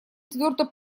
твердо